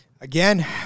Again